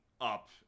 up